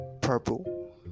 purple